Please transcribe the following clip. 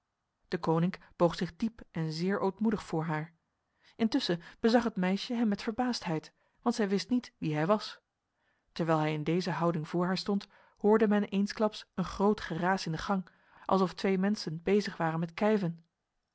deconinck boog zich diep en zeer ootmoedig voor haar intussen bezag het meisje hem met verbaasdheid want zij wist niet wie hij was terwijl hij in deze houding voor haar stond hoorde men eensklaps een groot geraas in de gang alsof twee mensen bezig waren met kijven